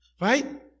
Right